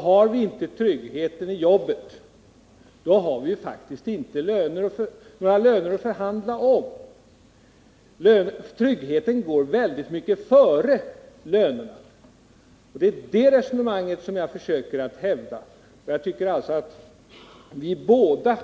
Har vi inte tryggheten i jobbet har vi faktiskt inte några löner att förhandla om. Tryggheten går väldigt mycket före lönerna. Det är det resonemanget jag försöker hävda. Jag tycker att vi båda